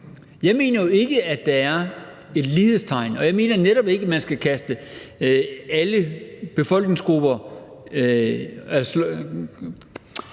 Jeg mener ikke, at der er et lighedstegn, og jeg mener netop ikke, at man skal slå alle befolkningsgrupper over